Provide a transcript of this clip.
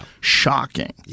shocking